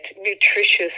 nutritious